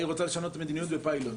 היא רוצה לשנות מדיניות בפיילוט.